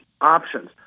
options